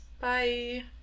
Bye